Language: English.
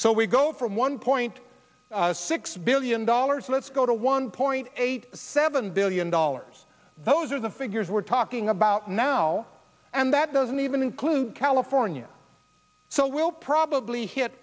so we go from one point six billion dollars let's go to one point eight seven billion dollars those are the figures we're talking about now and that doesn't even include california so we'll probably hit